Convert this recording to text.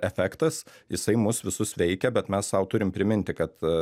efektas jisai mus visus veikia bet mes sau turim priminti kad